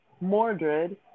Mordred